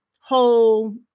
whole